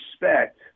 respect